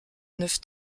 neuf